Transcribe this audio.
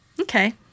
Okay